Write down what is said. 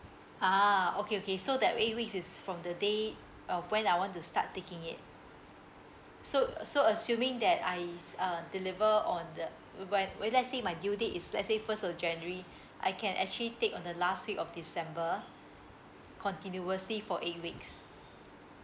ah okay okay so that eight weeks is from the day uh when I want to start taking it so uh so assuming that I uh deliver on the when when let's say my due date is let's say first of january I can actually take on the last week of december continuously for eight weeks